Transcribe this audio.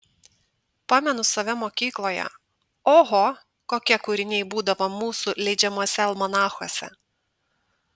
pamenu save mokykloje oho kokie kūriniai būdavo mūsų leidžiamuose almanachuose